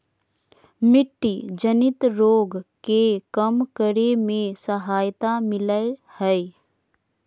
मिट्टी जनित रोग के कम करे में सहायता मिलैय हइ